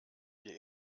wir